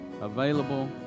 available